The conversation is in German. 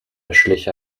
beschlich